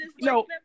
No